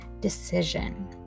decision